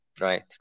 right